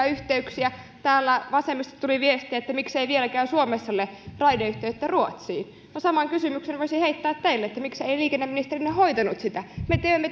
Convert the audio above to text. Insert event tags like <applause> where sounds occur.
<unintelligible> yhteyksiä täällä vasemmistosta tuli viestiä että miksei vieläkään suomessa ole raideyhteyttä ruotsiin no saman kysymyksen voisin heittää teille että miksei liikenneministerinne hoitanut sitä me teemme <unintelligible>